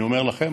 ואני אומר לכם,